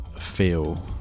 feel